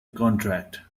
contract